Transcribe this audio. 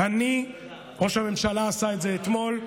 ראש הממשלה עשה את זה אתמול,